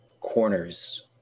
corners